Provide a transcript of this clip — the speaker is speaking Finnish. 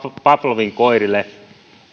pavlovin koirille